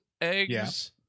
eggs